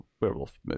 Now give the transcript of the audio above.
werewolf